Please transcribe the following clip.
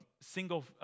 single